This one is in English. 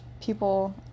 people